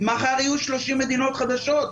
מחר יהיו 30 מדינות חדשות,